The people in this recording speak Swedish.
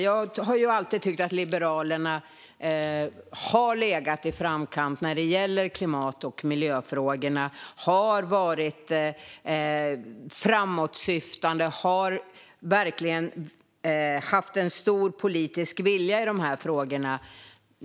Jag har alltid tyckt att Liberalerna ligger i framkant när det gäller klimat och miljöfrågorna, att ni har varit framåtsyftande och verkligen har haft en stor politisk vilja i de här frågorna.